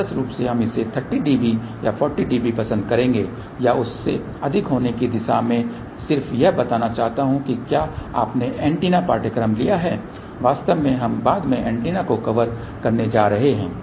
आदर्श रूप से हम इसे 30 dB या 40 dB पसंद करेंगे या उससे अधिक होने की दिशा मैं सिर्फ यह बताना चाहता हूं कि क्या आपने ऐन्टेना पाठ्यक्रम लिया है वास्तव में हम बाद में एंटेना को कवर करने जा रहे हैं